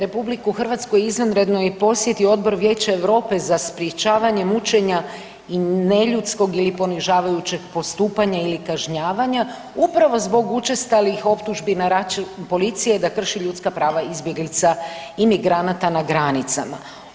RH izvanredno je posjetio Odbor Vijeća Europe za sprječavanje mučenja i neljudskog ili ponižavajućeg postupanja ili kažnjavanja upravo zbog učestalih optužbi na račun policije da krši ljudska prava izbjeglica i migranata na granicama.